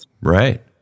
Right